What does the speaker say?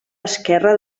esquerre